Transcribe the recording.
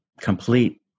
complete